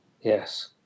Yes